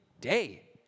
day